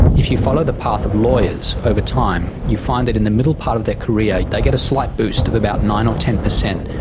if you follow the path of lawyers over time you find that in the middle part of their career they get a slight boost of about nine percent or ten percent,